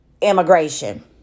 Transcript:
immigration